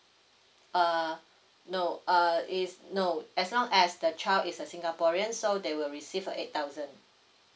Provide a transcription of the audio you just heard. uh no uh is no as long as the child is a singaporean so they will receive a eight thousand